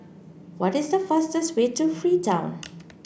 what is the fastest way to Freetown